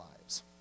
lives